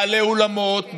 בעלי אולמות,